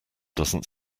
doesn’t